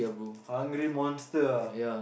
hungry monster ah